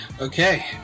Okay